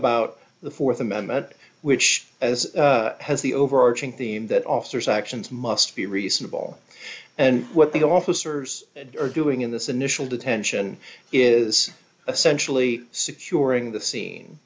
about the th amendment which as has the overarching theme that officers actions must be reasonable and what the officers are doing in this initial detention is essentially securing the scene